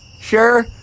sure